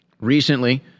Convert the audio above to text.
Recently